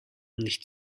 nicht